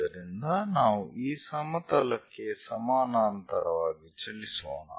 ಆದ್ದರಿಂದ ನಾವು ಈ ಸಮತಲಕ್ಕೆ ಸಮಾನಾಂತರವಾಗಿ ಚಲಿಸೋಣ